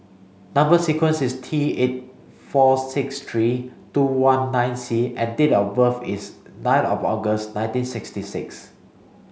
number sequence is T eight four six three two one nine C and date of birth is nine of August nineteen sixty six